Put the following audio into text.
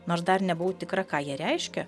nors dar nebuvau tikra ką jie reiškia